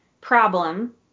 problem